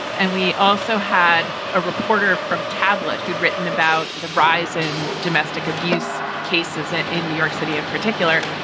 and we also had a reporter from tablet who'd written about the rise in domestic abuse cases and in new york city in particular.